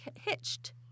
hitched